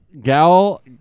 Gal